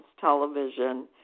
television